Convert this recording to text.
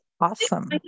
awesome